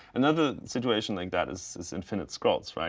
another situation like that is is infinite scrolls,